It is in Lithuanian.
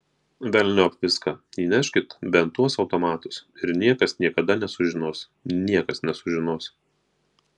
velniop viską įneškit bent tuos automatus ir niekas niekada nesužinos niekas nesužinos